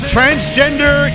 Transgender